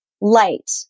light